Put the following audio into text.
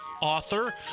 author